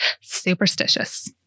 superstitious